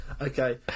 Okay